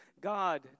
God